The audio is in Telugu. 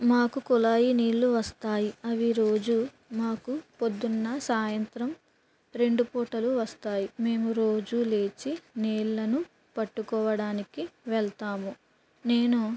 మాకు కుళాయి నీళ్ళు వస్తాయి అవి రోజు మాకు పొద్దున సాయంత్రం రెండు పూటలు వస్తాయి మేము రోజు లేచి నీళ్ళను పట్టుకోవడానికి వెళ్తాము నేను